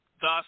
Thus